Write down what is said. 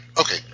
Okay